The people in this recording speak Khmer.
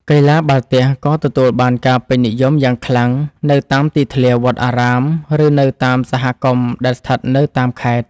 កីឡាបាល់ទះក៏ទទួលបានការពេញនិយមយ៉ាងខ្លាំងនៅតាមទីធ្លាវត្តអារាមឬនៅតាមសហគមន៍ដែលស្ថិតនៅតាមខេត្ត។